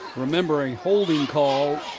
remembering holding call